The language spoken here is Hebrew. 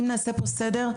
אם נעשה פה סדר,